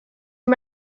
you